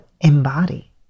embody